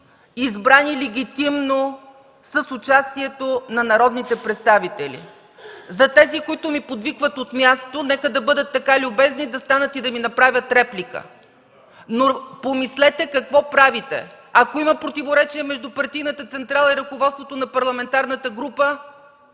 избрани легитимно, с участието на народните представители. (Шум и реплики от КБ.) За тези, които ми подвикват от място, нека да бъдат така любезни да станат и да ми направят реплика. Помислете какво правите, ако има противоречие между партийната централа и ръководството на парламентарната група!